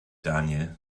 daniel